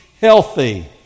healthy